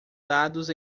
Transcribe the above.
dados